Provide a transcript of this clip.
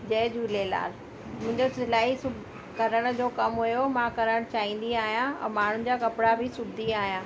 जय झूलेलाल मुंहिंजो सिलाई सुभ करण जो कम हुयो मां करणु चाहींदी आहियां ऐं माण्हुनि जा कपिड़ा बि सिबंदी आहियां